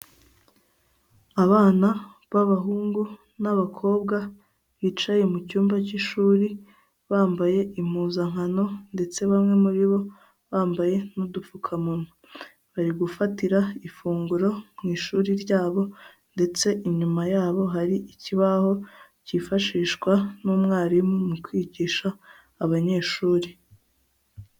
Abana b'abahungu n'abakobwa, bicaye mu cyumba cy'ishuri, bambaye impuzankano ndetse bamwe muri bo bambaye n'udupfukamunwa. Bari gufatira ifunguro mu ishuri ryabo ndetse inyuma yabo hari ikibaho cyifashishwa n'umwarimu mu kwigisha abanyeshuri.